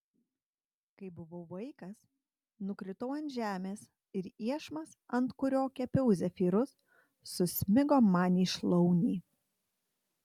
kai buvau vaikas nukritau ant žemės ir iešmas ant kurio kepiau zefyrus susmigo man į šlaunį